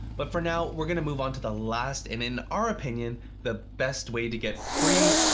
but for now, we're going to move on to the last and in our opinion, the best way to get free,